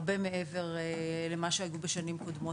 הרבה מעבר למה שנגעו בשנים קודמות.